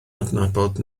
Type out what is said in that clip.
adnabod